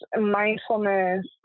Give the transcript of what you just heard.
mindfulness